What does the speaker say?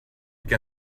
can